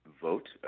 vote